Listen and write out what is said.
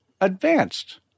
advanced